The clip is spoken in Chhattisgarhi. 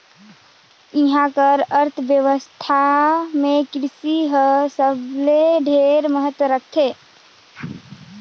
इहां के अर्थबेवस्था मे कृसि हर सबले ढेरे महत्ता रखथे